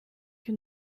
que